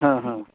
हां हां